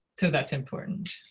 so that's important.